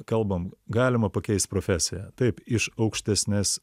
kalbam galima pakeist profesiją taip iš aukštesnės